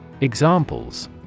Examples